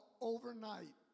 overnight